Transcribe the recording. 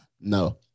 no